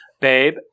babe